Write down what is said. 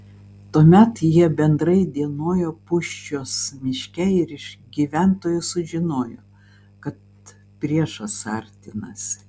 tuomet jie bendrai dienojo pūščios miške ir iš gyventojų sužinojo kad priešas artinasi